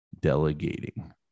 delegating